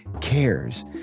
cares